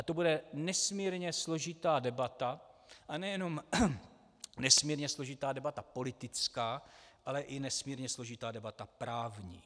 To bude nesmírně složitá debata, a nejenom nesmírně složitá debata politická, ale i nesmírně složitá debata právní.